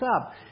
up